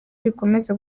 rikomeza